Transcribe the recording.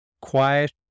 quiet